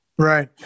Right